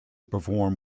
perform